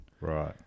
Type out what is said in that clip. Right